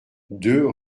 deux